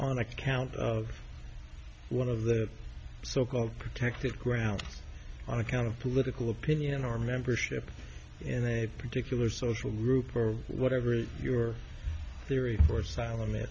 on account of one of the so called protected grounds on account of political opinion or membership in a particular social group or whatever your theory or